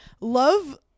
love